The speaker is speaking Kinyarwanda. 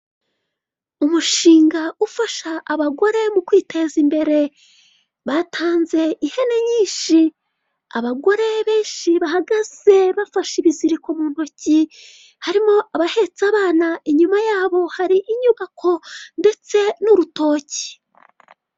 Umushinga ufasha abagore mu kwiteza imbere, batanze ihene nyinshi. Abagore benshi bahagaze bafashe ibiziriko mu ntoki, harimo abahetse abana, inyuma yabo hari inyubako ndetse n'urutoki.